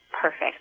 perfect